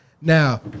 Now